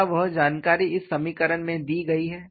क्या वह जानकारी इस समीकरण में दी गई है